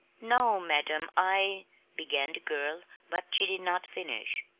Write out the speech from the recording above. no, madam. i began the girl, but she did not finish.